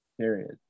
period